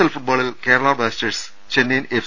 L ഫുട്ബോളിൽ Kerala Blasters Chennaiyin F